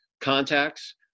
contacts